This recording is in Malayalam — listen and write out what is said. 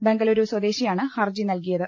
ബെങ്കലൂരു സ്വദേശിയാണ് ഹർജി നൽകിയത്